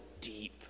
deep